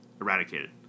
eradicated